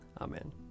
Amen